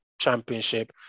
championship